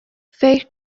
فکر